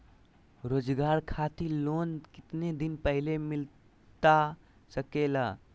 रोजगार खातिर लोन कितने दिन पहले मिलता सके ला?